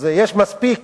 אז יש מספיק